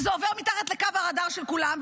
וזה עובר מתחת לקו הרדאר של כולם,